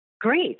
Great